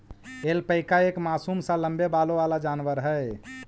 alpaca एक मासूम सा लम्बे बालों वाला जानवर है